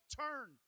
turn